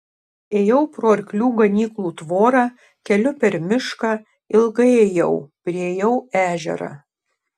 ėjau pro arklių ganyklų tvorą keliu per mišką ilgai ėjau priėjau ežerą